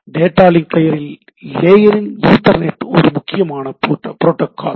data link லேயரில் Ethernet ஒரு முக்கியமான புரோட்டோகால்